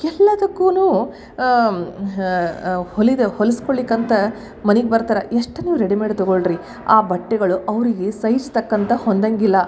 ಎಲ್ಲದಕ್ಕೂ ಹೊಲಿದ ಹೊಲ್ಸ್ಕೊಳ್ಲಿಕ್ಕಂತ ಮನಿಗೆ ಬರ್ತಾರೆ ಎಷ್ಟು ನೀವು ರೆಡಿಮೇಡ್ ತೊಗೊಳ್ಳಿರಿ ಆ ಬಟ್ಟೆಗಳು ಅವರಿಗೆ ಸೈಜ್ ತಕ್ಕಂತೆ ಹೊಂದಂಗಿಲ್ಲ